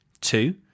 Two